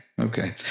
Okay